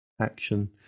action